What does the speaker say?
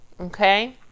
okay